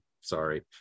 sorry